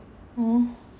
oh